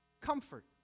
Comfort